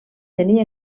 tenir